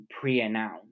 pre-announce